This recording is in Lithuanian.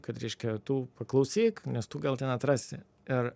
kad reiškia tu paklausyk nes tu gal ten atrasi ir